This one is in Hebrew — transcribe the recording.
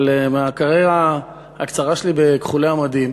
אבל מהקריירה הקצרה שלי בכחולי המדים,